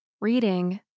reading